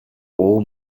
all